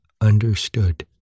understood